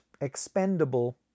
expendable